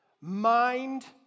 mind